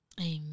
Amen